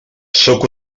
sóc